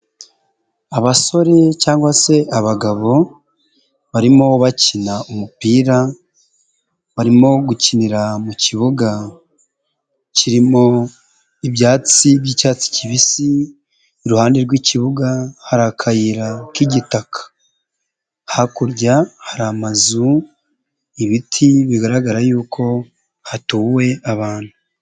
Abasore cyangwa se abagabo barimo bakina umupira, barimo gukinira mu kibuga kirimo ibyatsi by'icyatsi kibisi, iruhande rw'ikibuga hari akayira k'igitaka, hakurya hari amazu, ibiti, bigaragara yuko hatuwe abantu.